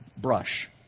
brush